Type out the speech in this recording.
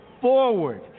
forward